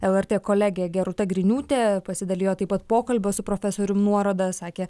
lrt kolegė gerūta griniūtė pasidalijo taip pat pokalbio su profesorium nuoroda sakė